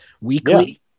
weekly